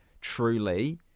truly